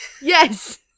Yes